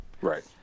Right